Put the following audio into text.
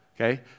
Okay